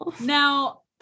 Now